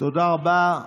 תודה רבה.